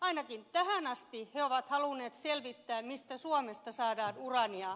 ainakin tähän asti ne ovat halunneet selvittää mistä suomesta saadaan uraania